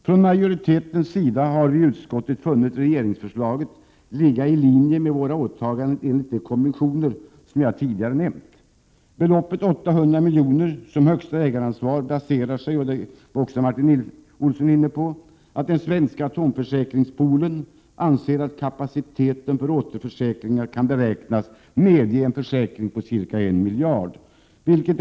Från majoritetens sida har vi i utskottet funnit regeringsförslaget ligga i linje med våra åtaganden enligt de konventioner som jag tidigare nämnt. Beloppet 800 milj.kr. som högsta ägaransvar baserar sig på — det var också Martin Olsson inne på — att den svenska atomförsäkringspoolen anser att kapaciteten för återförsäkringar kan beräknas medge en försäkring på ca 1 miljard kronor.